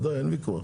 אין ויכוח.